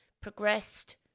progressed